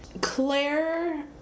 Claire